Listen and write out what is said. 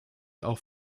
auch